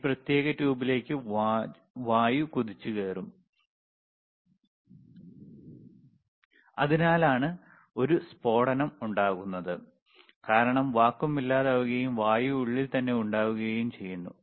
ഈ പ്രത്യേക ട്യൂബിലേക്ക് വായു കുതിച്ചുകയറും അതിനാലാണ് ഒരു സ്ഫോടനം ഉണ്ടാകുന്നത് കാരണം വാക്വം ഇല്ലാതാകുകയും വായു ഉള്ളിൽ തന്നെ ഉണ്ടാകുകയും ചെയ്യുന്നു